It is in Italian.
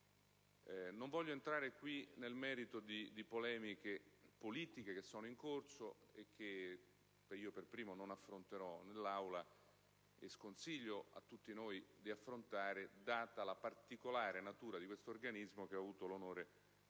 in questa sede nel merito di polemiche politiche che sono in corso, che per primo non affronterò in Aula e che sconsiglio a tutti noi di affrontare, data la particolare natura di questo organismo, che ho avuto l'onore di